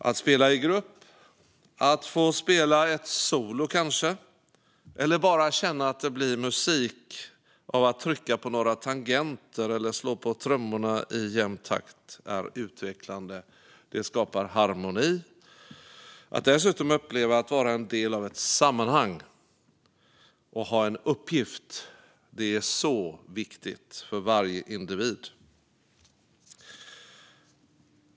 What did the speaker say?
Att spela i grupp, att kanske få spela ett solo eller att bara känna att det blir musik av att trycka på några tangenter eller slå på trummorna i jämn takt är utvecklande. Det skapar harmoni. Att dessutom uppleva att vara en del av ett sammanhang och ha en uppgift är viktigt för varje individ.